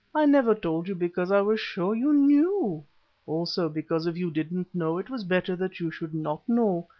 i never told you because i was sure you knew also because if you didn't know it was better that you should not know,